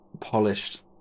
polished